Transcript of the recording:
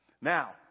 Now